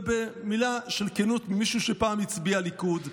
ובמילה של כנות ממישהו שפעם הצביע ליכוד: